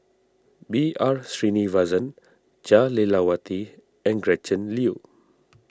B R Sreenivasan Jah Lelawati and Gretchen Liu